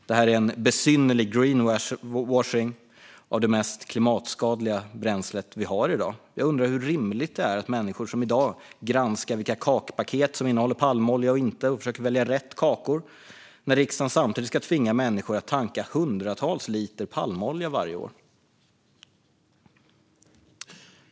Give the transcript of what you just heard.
Detta är en besynnerlig greenwashing av det mest klimatskadliga bränsle vi har i dag. Jag undrar hur rimligt det är att människor granskar vilka kakpaket som innehåller palmolja och försöker välja rätt kakor när riksdagen samtidigt ska tvinga människor att tanka hundratals liter palmolja varje år.